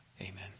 amen